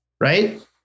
right